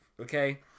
Okay